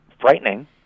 frightening